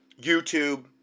YouTube